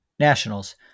nationals